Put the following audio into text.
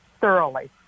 thoroughly